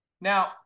Now